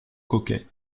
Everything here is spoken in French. coquet